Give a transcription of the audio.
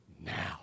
now